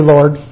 Lord